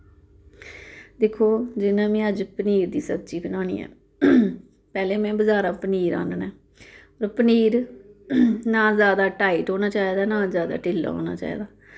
दिक्खो जि'यां में अज्ज पनीर दी सब्जी बनानी ऐ पैह्लें में बजारा पनीर आह्न्ना ऐ फिर ओह् पनीर ना जैदा टाईट होना चाहिदा ना जैदा ढिल्ला होना चाहिदा